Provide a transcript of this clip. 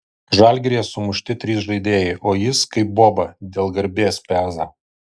žalgiryje sumušti trys žaidėjai o jis kaip boba dėl garbės peza